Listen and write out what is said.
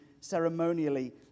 ceremonially